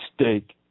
stake